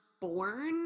born